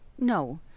no